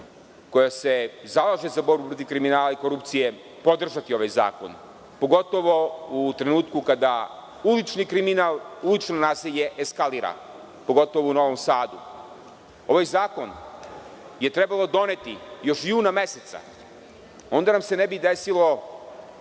koja se zalaže za borbu protiv kriminala i korupcije podržati ovaj zakon, pogotovo u trenutku kada ulični kriminal, ulično nasilje eskalira, pogotovo u Novom Sadu. Ovaj zakon je trebalo doneti još juna meseca i tada nam se ne bi desilo